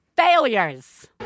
Failures